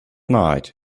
night